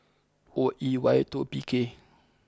O E Y two P K